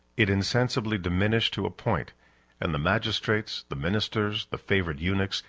it insensibly diminished to a point and the magistrates, the ministers, the favorite eunuchs,